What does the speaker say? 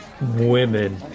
Women